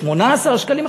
18 שקלים,